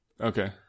Okay